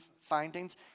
findings